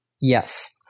Yes